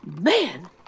Man